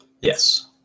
Yes